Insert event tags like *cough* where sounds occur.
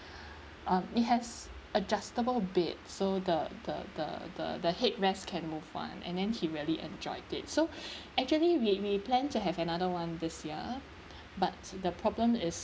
um it has adjustable bed so the the the the the headrest can move [one] and then he really enjoyed it so *breath* actually we we plan to have another [one] this year but the problem is